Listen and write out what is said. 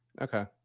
Okay